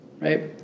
right